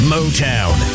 Motown